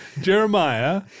Jeremiah